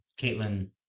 Caitlin